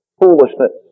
foolishness